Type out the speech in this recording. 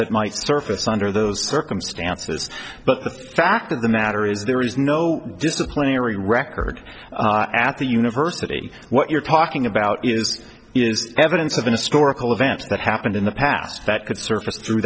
that might surface under those circumstances but the fact of the matter is there is no disciplinary record at the university what you're talking about is evidence of the historical events that happened in the past that could surface through